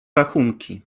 rachunki